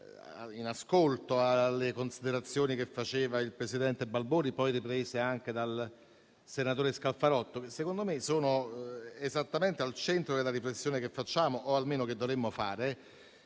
in ascolto delle considerazioni fatte dal presidente Balboni, poi riprese anche dal senatore Scalfarotto. Secondo me, esse sono esattamente al centro della riflessione che facciamo o che dovremmo fare